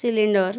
cylinder